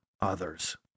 others